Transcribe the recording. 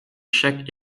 chaque